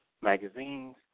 magazines